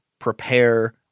prepare